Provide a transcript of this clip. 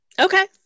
Okay